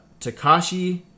Takashi